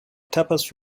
topaz